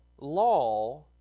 law